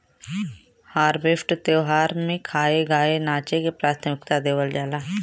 harvest त्यौहार में खाए, गाए नाचे के प्राथमिकता देवल जाला